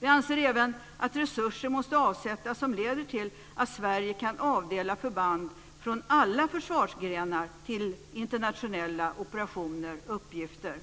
Vi anser även att resurser måste avsättas som leder till att Sverige kan avdela förband från alla försvarsgrenar till internationella operationer och uppgifter.